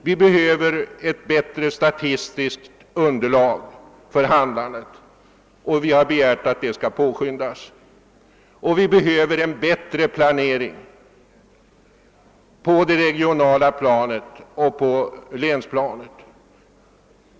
Vi behöver ett bättre statistiskt underlag för handlandet — och vi har begärt att arbetet härmed skall påskyndas — och vi behöver bättre planering på det lokala planet och på länsplanet.